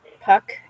Puck